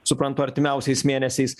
suprantu artimiausiais mėnesiais